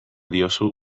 diozu